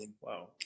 Wow